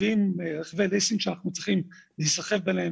רכבי ליסינג שאנחנו צריכים להיסחב ביניהם